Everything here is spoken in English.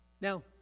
Now